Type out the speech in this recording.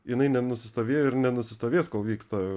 jinai nenusistovėjo ir nenusistovės kol vyksta